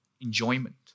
enjoyment